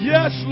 Yes